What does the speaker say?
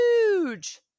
huge